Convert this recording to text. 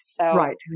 Right